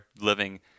living